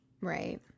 Right